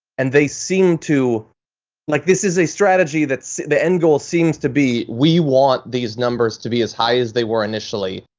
and they seem to like this is a strategy that's the end goal seems to be we want these numbers to be as high as they were initially.